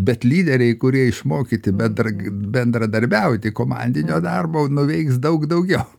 bet lyderiai kurie išmokyti bendra bendradarbiauti komandinio darbo nuveiks daug daugiau